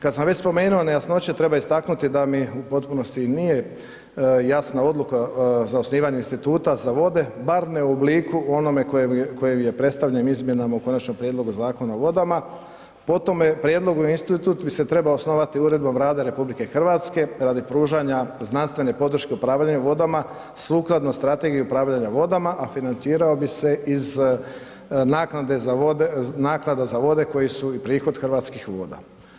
Kad sam već spomenuo nejasnoće treba istaknuti da mi u potpunosti nije jasna odluka za osnivanje instituta za vode, bar ne u obliku onome u kojem je predstavljen izmjenama u konačnom prijedlogu Zakona o vodama, po tome prijedlogu institut bi se treba osnovati uredbom Vlade RH radi pružanja znanstvene podrške upravljanja vodama sukladno Strategiji upravljanja vodama a financirao bi se iz naknade za ovdje koje su i prihod Hrvatskih voda.